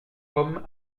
homme